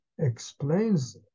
explains